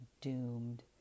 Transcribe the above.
doomed